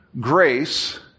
grace